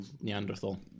Neanderthal